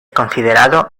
considerado